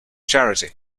charity